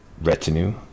retinue